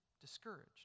discouraged